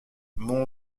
mon